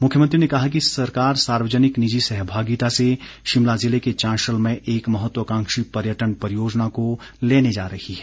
मुख्यमंत्री ने कहा कि सरकार सार्वजनिक निजी सहभागिता से शिमला जिले के चांशल में एक महत्वकांक्षी पर्यटन परियोजना को लेने जा रही है